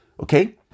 okay